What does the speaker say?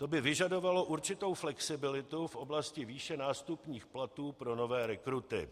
To by vyžadovalo určitou flexibilitu v oblasti výše nástupních platů pro nové rekruty.